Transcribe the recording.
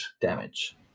damage